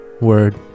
Word